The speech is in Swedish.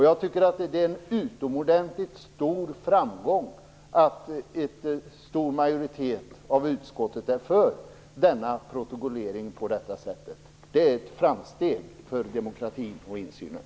Jag tycker att det är en utomordentligt stor framgång att en stor majoritet av utskottet är för en protokollering på nämnda sätt. Det är ett framsteg för demokratin och insynen.